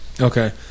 okay